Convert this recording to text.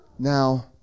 Now